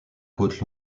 cote